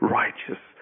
righteous